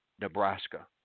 Nebraska